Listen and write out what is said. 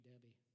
Debbie